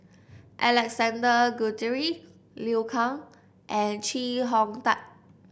Alexander Guthrie Liu Kang and Chee Hong Tat